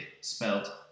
spelled